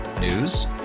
News